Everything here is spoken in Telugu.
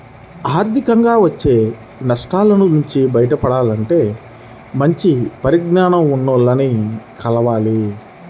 ఆర్థికంగా వచ్చే నష్టాల నుంచి బయటపడాలంటే మంచి పరిజ్ఞానం ఉన్నోల్లని కలవాలి